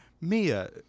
Mia